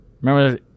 Remember